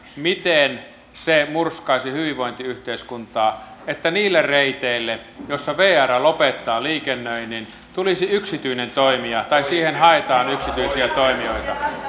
miten se murskaisi hyvinvointiyhteiskuntaa että niille reiteille joissa vr lopettaa liikennöinnin tulisi yksityinen toimija tai niihin haetaan yksityisiä toimijoita